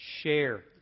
share